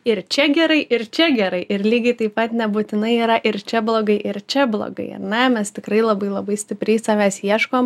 ir čia gerai ir čia gerai ir lygiai taip pat nebūtinai yra ir čia blogai ir čia blogai ar ne mes tikrai labai labai stipriai savęs ieškom